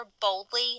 boldly